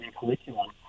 curriculum